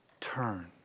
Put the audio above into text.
turn